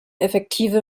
effektive